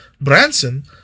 Branson